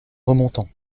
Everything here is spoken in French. remontant